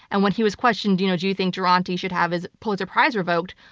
and when he was questioned, you know, do you think duranty should have his pulitzer prize revoked,